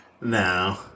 No